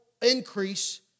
increase